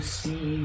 see